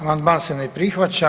Amandman se ne prihvaća.